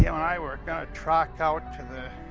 yeah and i were gonna truck out to the